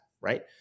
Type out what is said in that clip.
right